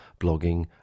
blogging